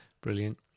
brilliant